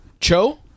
Cho